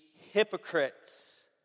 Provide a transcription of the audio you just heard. hypocrites